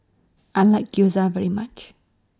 I like Gyoza very much